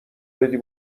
بدی